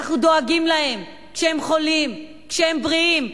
אנחנו דואגים להם כשהם חולים, כשהם בריאים.